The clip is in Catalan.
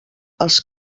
els